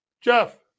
Jeff